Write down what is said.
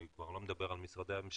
אני כבר לא מדבר על משרדי הממשלה,